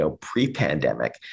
pre-pandemic